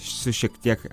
su šiek tiek